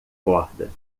corda